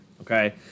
okay